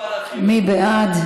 מי בעד?